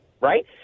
right